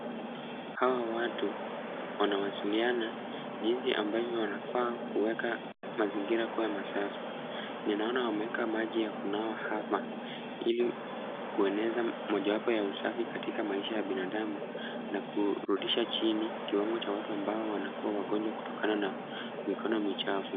Hawa watu wanawasiliana, jinsi ambavyo wanafaa kuweka mazingira yakiwa masafi. Ninaona wameweka maji ya kunawa hapa, ili kueneza mojawapo ya usafi katika maisha ya binadamu, na kurudisha chini kiwango cha watu ambao wanakuwa wagonjwa kutokana na mikono michafu.